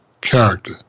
character